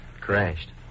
Crashed